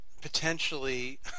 potentially